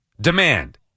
Demand